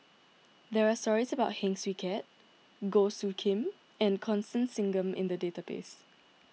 there are stories about Heng Swee Keat Goh Soo Khim and Constance Singam in the database